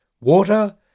Water